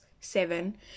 seven